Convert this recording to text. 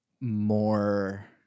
more